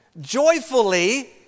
joyfully